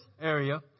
area